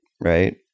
right